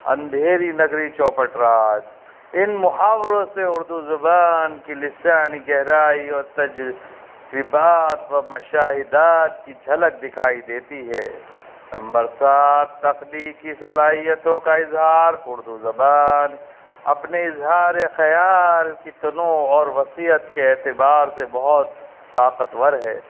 اندھیری نگری چوپٹ راج ان محاوروں سے اردو زبان کی لسانی گہرائی اور تجربات و مشاہدات کی جھلک دکھائی دیتی ہے نمبر سات تخلیقی صلاحیتوں کا اظہار اردو زبان اپنے اظہارِ خیال کی تنوع اور وسعت کے اعتبار سے بہت طاقتور ہے